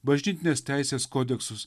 bažnytinės teisės kodeksus